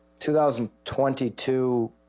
2022